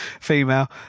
female